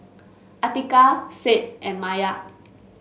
Atiqah Said and Maya